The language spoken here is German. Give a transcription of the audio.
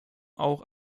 auch